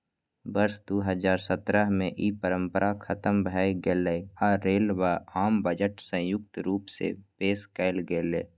वर्ष दू हजार सत्रह मे ई परंपरा खतम भए गेलै आ रेल व आम बजट संयुक्त रूप सं पेश कैल गेलै